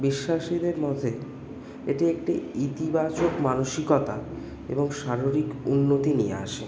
বিশ্বাসীদের মতে এটি একটি ইতিবাচক মানসিকতা এবং শারীরিক উন্নতি নিয়ে আসে